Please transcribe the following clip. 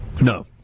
No